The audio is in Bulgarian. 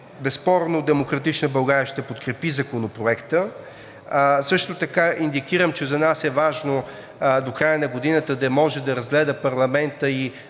безспорно „Демократична България“ ще подкрепи Законопроекта. Също така индикирам, че за нас е важно до края на годината парламентът да може да разгледа и